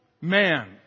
man